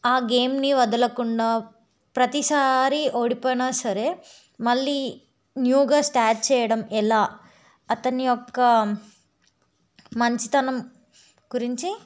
గేమ్ని వదలకుండా ప్రతిసారి ఓడిపోయిన సరే మళ్ళీ న్యూగా స్టార్ట్ చేయడం ఎలా అతని యొక్క మంచితనం గురించి